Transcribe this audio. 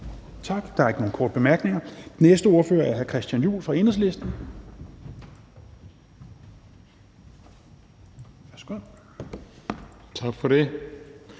det. Der er ingen korte bemærkninger. Den næste ordfører er hr. Christian Juhl fra Enhedslisten. Værsgo. Kl.